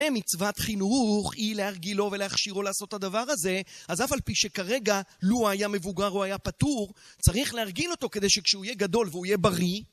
מצוות חינוך היא להרגילו ולהכשירו לעשות הדבר הזה אז אף על פי שכרגע לו היה מבוגר הוא היה פטור. צריך להרגיל אותו כדי שכשהוא יהיה גדול והוא יהיה בריא